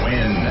Win